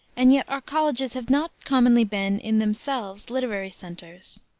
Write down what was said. and yet our colleges have not commonly been, in themselves, literary centers.